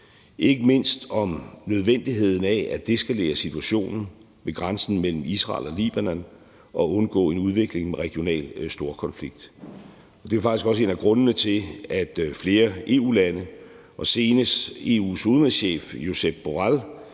i forhold til nødvendigheden af at deeskalere situationen ved grænsen mellem Israel og Libanon og undgå en udvikling med regional storkonflikt, og det er faktisk også en af grundene til, at flere EU-lande og senest EU's udenrigschef, Josep Borrell,